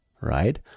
right